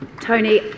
Tony